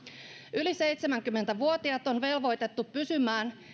yli seitsemänkymmentä vuotiaat on velvoitettu pysymään